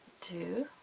to,